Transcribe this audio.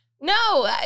No